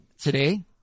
Today